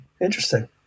Interesting